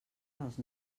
dels